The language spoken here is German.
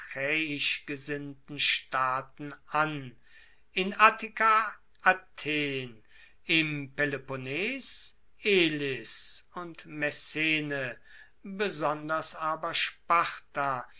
gesinnten staaten an in attika athen im peloponnes elis und messene besonders aber